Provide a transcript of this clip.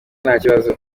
ntakibazo